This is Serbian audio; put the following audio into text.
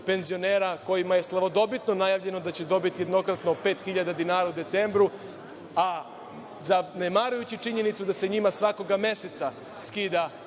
penzionera kojima je slavodobitno najavljeno da će dobiti jednokratno 5.000 dinara u decembru, a zanemarujući činjenicu da se njima svakoga meseca skida